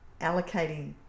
allocating